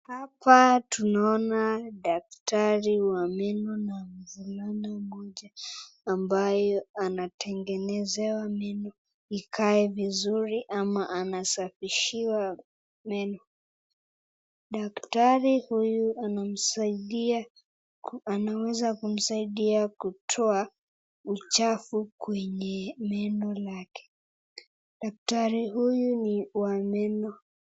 Hapa tunaona daktari wa meno na mvulana ambaye anaitengenesewa meno ikae vizuri ama anasafishiwa meno. Daktari huyu anaweza kumsaidia kutoa uchafu kwenye meno lake daktari huyu ni wa meno.